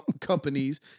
companies